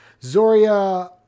Zoria